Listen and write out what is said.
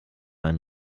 ein